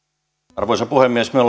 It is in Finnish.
arvoisa puhe mies me